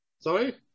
Sorry